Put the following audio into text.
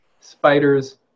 spiders